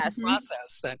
process